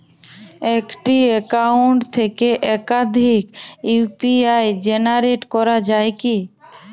একটি অ্যাকাউন্ট থেকে একাধিক ইউ.পি.আই জেনারেট করা যায় কি?